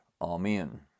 Amen